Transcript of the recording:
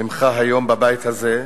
ממך היום בבית הזה,